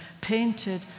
painted